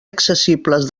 accessibles